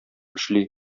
эшли